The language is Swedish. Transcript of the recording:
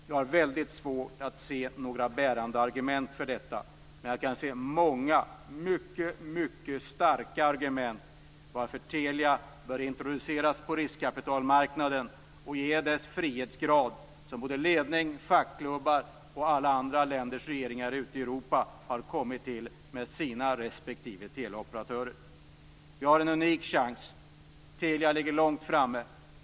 Jag har väldigt svårt att se några bärande argument för detta, men jag kan se många mycket starka argument för att Telia bör introduceras på riskkapitalmarknaden och ge det en frihetsgrad, som både ledning, fackklubbar och alla andra länders regeringar ute i Europa har kommit till med sina respektive teleoperatörer. Vi har en unik chans. Telia ligger långt framme.